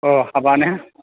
हाबा ने